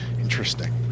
Interesting